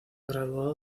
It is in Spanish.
graduó